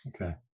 Okay